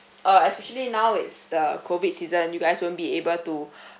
uh especially now it's the COVID season you guys won't be able to